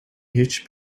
hitch